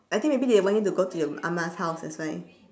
I think maybe they want you to go to your ahma's house that's why